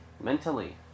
mentally